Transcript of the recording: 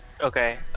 Okay